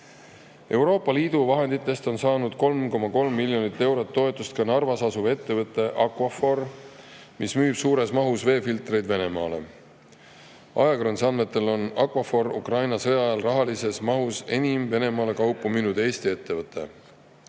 Euroopa Liidu vahenditest on saanud 3,3 miljonit eurot toetust ka Narvas asuv ettevõte Aquaphor, mis müüb suures mahus veefiltreid Venemaale. Ajakirjanduse andmetel on Aquaphor Ukraina sõja ajal rahalises mahus enim Venemaale kaupu müünud Eesti ettevõte.